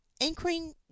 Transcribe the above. anchoring